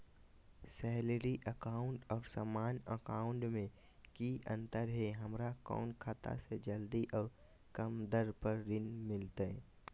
Salary account और सामान्य account मे की अंतर है हमरा कौन खाता से जल्दी और कम दर पर ऋण मिलतय?